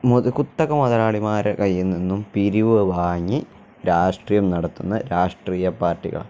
കുത്തക മുതലാളിമാരെ കയ്യിൽ നിന്നും പിരിവു വാങ്ങി രാഷ്ട്രീയം നടത്തുന്ന രാഷ്ട്രീയ പാർട്ടികൾ